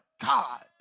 God